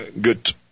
good